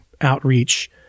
outreach